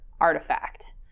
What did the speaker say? artifact